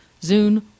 Zune